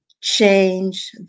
change